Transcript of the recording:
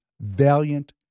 valiant